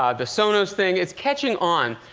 um the sonos thing it's catching on.